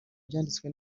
byanditswe